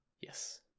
Yes